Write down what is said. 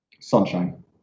Sunshine